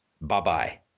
Bye-bye